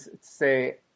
say